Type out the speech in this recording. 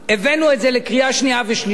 הבאנו את זה לקריאה שנייה ושלישית,